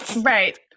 Right